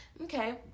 Okay